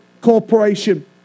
Corporation